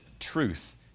truth